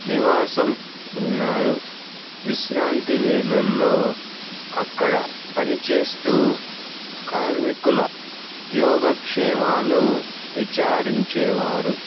నివాసం ఉన్నారు విశ్రాంతి వేళల్లో అక్కడ పనిచేస్తూ కార్మికుల యోగక్షేమాలు విచారించేవారు